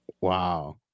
Wow